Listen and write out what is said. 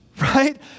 Right